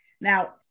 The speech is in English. Now